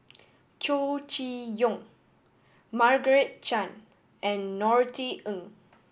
Chow Chee Yong Margaret Chan and Norothy Ng